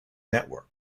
network